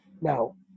Now